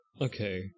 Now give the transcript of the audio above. okay